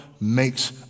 makes